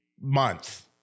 month